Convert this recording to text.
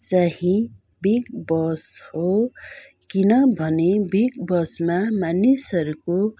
चाहिँ big bus हो किनभने बिगबसमा मानिसहरूको